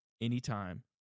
anytime